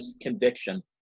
conviction